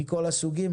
מכל הסוגים,